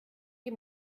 die